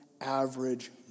average